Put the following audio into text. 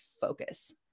focus